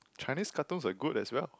Chinese cartoons are good as well